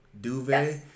duvet